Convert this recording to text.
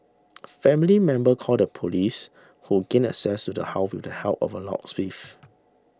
family members called the police who gained access to the house with the help of a locksmith